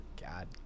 God